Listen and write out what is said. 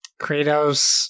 Kratos